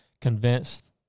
convinced